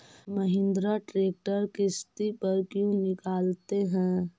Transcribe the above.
Mahindra tractor किसति पर क्यों निकालते हैं?